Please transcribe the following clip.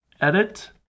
edit